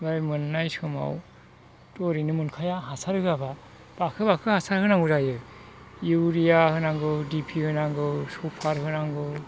प्राय मोननाय समावथ' ओरैनो मोनखाया हासार होआबा बारखो बारखो हासार होनांगौ जायो इउरिया होनांगौ डि पि होनांगौ सुपार होनांगौ